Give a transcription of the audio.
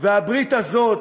והברית הזאת,